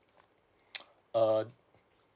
uh